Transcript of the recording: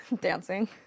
Dancing